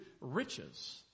riches